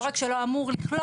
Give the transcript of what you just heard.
לא רק שלא אמור,